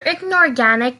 inorganic